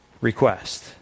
request